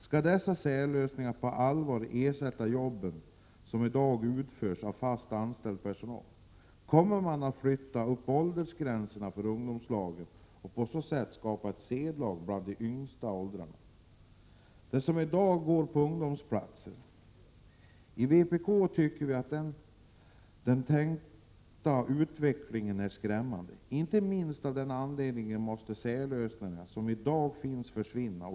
Skall dessa särlösningar på allvar ersätta jobb som i dag utförs av fast anställd personal? Kommer man att flytta upp åldersgränserna för ungdomslag och på så sätt skapa ett C-lag i de yngsta åldersgrupperna, dvs. de som i dag går på ungdomsplatser? Vii vpk tycker att denna tänkta utveckling är skrämmande. Inte minst av den anledningen måste de särlösningar som i dag finns försvinna.